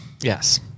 Yes